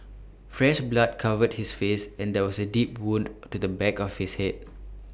fresh blood covered his face and there was A deep wound to the back of his Head